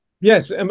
Yes